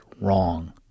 wrong